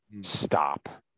Stop